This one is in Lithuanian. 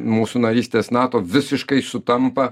mūsų narystės nato visiškai sutampa